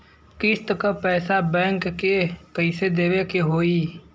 किस्त क पैसा बैंक के कइसे देवे के होई?